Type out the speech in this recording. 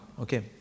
Okay